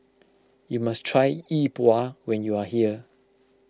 you must try Yi Bua when you are here